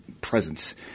presence